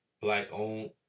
Black-owned